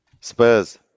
Spurs